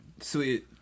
Sweet